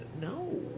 no